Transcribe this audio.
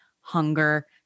hunger